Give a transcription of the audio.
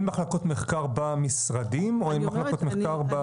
מחלקות מחקר במשרדים או אין מחלקות מחקר ברשות?